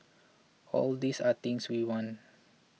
all these are things we want